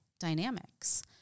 dynamics